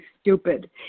stupid